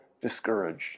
discouraged